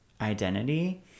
identity